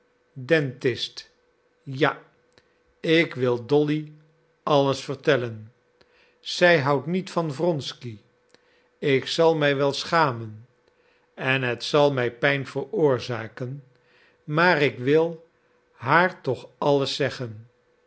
en dépôt dentist ja ik wil dolly alles vertellen zij houdt niet van wronsky ik zal mij wel schamen en het zal mij pijn veroorzaken maar ik wil haar toch alles zeggen